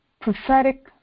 prophetic